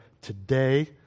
today